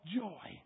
joy